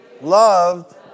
loved